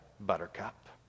buttercup